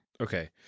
Okay